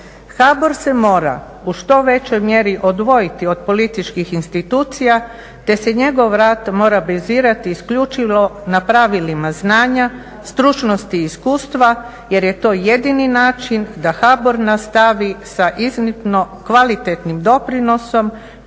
HBOR se mora u što većoj mjeri odvojiti od političkih institucija te se njegov rad mora bazirati isključivo na pravilima znanja, stručnosti i iskustva jer je to jedini način da HBOR nastavi sa iznimno kvalitetnim doprinosom